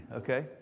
okay